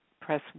press